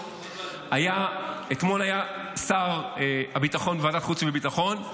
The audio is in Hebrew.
ואתמול היה שר הביטחון בוועדת חוץ וביטחון.